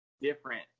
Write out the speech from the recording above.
different